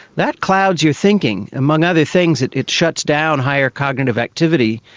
that clouds your thinking. among other things, it it shuts down higher cognitive activity.